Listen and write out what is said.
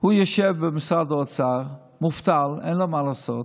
הוא ישב במשרד האוצר, מובטל, אין לו מה לעשות,